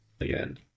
again